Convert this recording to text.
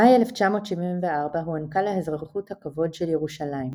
במאי 1974 הוענקה לה אזרחות הכבוד של ירושלים.